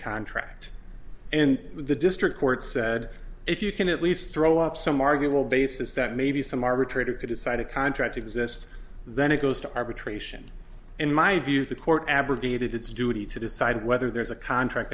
contract and the district court said if you can at least throw up some arguable basis that maybe some arbitrator could decide a contract exists then it goes to arbitration in my view the court abrogated its duty to decide whether there's a contract